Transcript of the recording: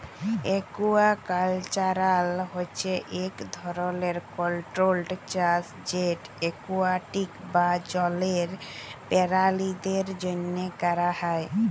aquaculture হছে ইক ধরলের কল্ট্রোল্ড চাষ যেট একুয়াটিক বা জলের পেরালিদের জ্যনহে ক্যরা হ্যয়